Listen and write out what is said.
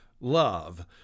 love